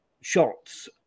shots